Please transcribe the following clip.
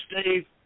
Steve